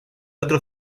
otro